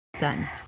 done